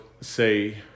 say